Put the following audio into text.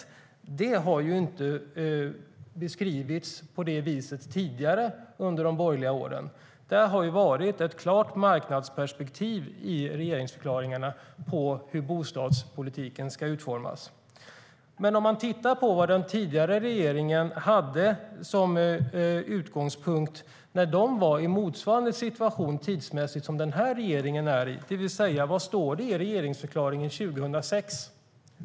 Den har ju inte beskrivits på det viset tidigare, under de borgerliga åren. I de regeringsförklaringarna har man haft ett klart marknadsperspektiv på hur bostadspolitiken ska utformas. Låt oss titta på vad den tidigare regeringen hade som utgångspunkt när den var i motsvarande situation tidsmässigt som den här regeringen är i nu, det vill säga vad det står i regeringsförklaringen från 2006.